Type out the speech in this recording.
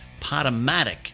Potomatic